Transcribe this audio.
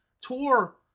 tour